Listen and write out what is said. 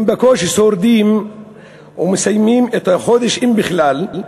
הם בקושי שורדים ומסיימים את החודש, אם בכלל.